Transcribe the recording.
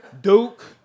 Duke